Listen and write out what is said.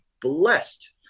blessed